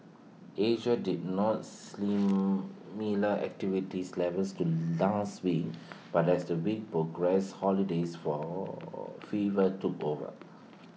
Asia did not slim miller activities levels to last week but as the week progressed holidays for fever took over